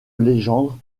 legendre